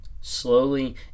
slowly